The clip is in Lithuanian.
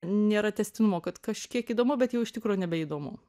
nėra tęstinumo kad kažkiek įdomu bet jau iš tikro nebeįdomu